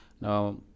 now